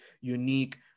unique